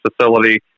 facility